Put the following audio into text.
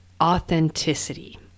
authenticity